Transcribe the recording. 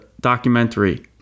documentary